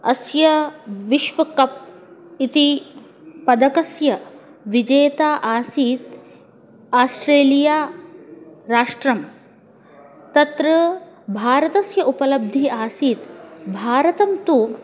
अस्य विश्वकप् इति पदकस्य विजेता आसीत् आस्ट्रेलिया राष्ट्रं तत्र भारतस्य उपलब्धिः आसीत् भारतं तु